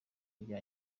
rya